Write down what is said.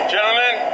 Gentlemen